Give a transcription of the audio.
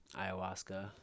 Ayahuasca